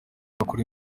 bakora